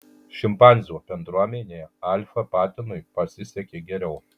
šimpanzių bendruomenėje alfa patinui pasisekė geriau